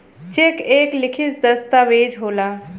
check एक लिखित दस्तावेज होला